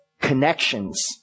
connections